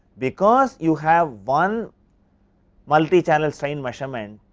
because you have one multi channel strain measurement